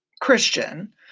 Christian